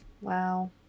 wow